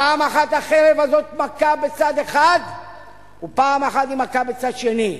פעם אחת החרב הזאת מכה בצד אחד ופעם אחת היא מכה בצד שני.